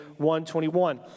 121